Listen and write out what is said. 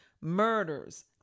murders